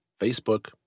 Facebook